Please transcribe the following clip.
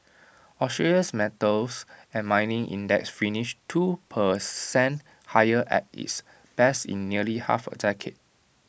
Australia's metals and mining index finished two per cent higher at its best in nearly half A decade